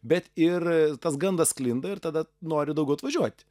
bet ir tas gandas sklinda ir tada nori daugiau atvažiuot